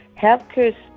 Healthcare